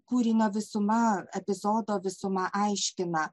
kūrinio visuma epizodo visuma aiškina